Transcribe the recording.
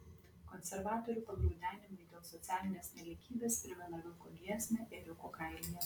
konservatorių pagraudenimai dėl socialinės nelygybės primena vilko giesmę ėriuko kailyje